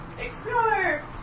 Explore